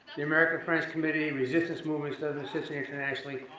the america-france committee, resistance movements that exist internationally,